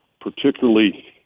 particularly